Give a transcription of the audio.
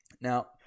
now